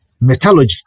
metallurgy